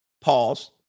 pause